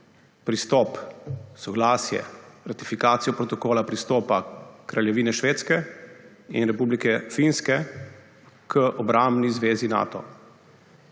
pristop, soglasje, ratifikacijo protokola pristopa Kraljevine Švedske in Republike Finske k obrambni zvezi Nato.